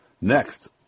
Next